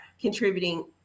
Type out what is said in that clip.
contributing